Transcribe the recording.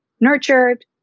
nurtured